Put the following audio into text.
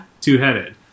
two-headed